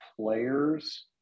players